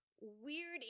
weird